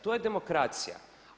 To je demokracija.